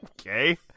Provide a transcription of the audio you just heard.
okay